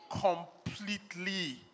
completely